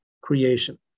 creation